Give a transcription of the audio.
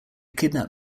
kidnap